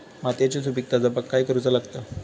मातीयेची सुपीकता जपाक काय करूचा लागता?